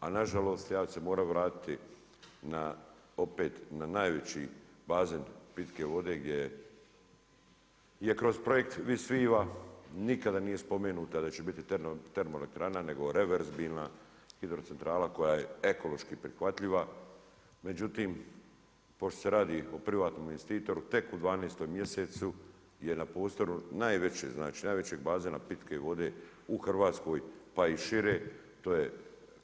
A nažalost ja ću se morati vratiti opet na najveći bazen pitke vode gdje kroz projekt Vis Viva nikada nije spomenuta da će biti termoelektrana nego reverzibilna hidrocentrala koja je ekološki prihvatljiva, međutim pošto se radi o privatnom investitoru, te u 12. mjesecu je na prostoru najvećeg bazena pitke vode u Hrvatskoj pa i šire, to je